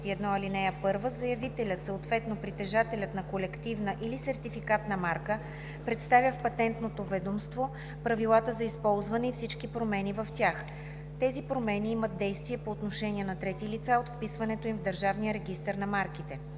41. (1) Заявителят, съответно притежателят, на колективна или сертификатна марка представя в Патентното ведомство правилата за използване и всички промени в тях. Тези промени имат действие по отношение на трети лица от вписването им в Държавния регистър на марките.